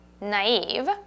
naive